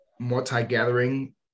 multi-gathering